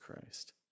Christ